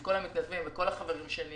כל המתנדבים, וכל החברים שלי